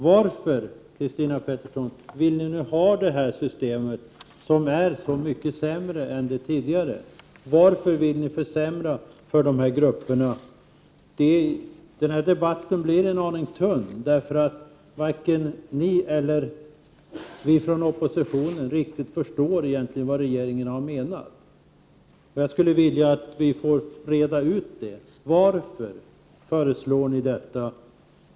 Varför, Christina Pettersson, vill ni ha det här systemet, som är så mycket sämre än det tidigare? Varför vill ni försämra för de här grupperna? Den här debatten blir en aning tunn, därför att varken ni eller vi från oppositionen egentligen riktigt förstår vad regeringen har menat. Jag skulle vilja att vi fick reda ut varför ni föreslår detta.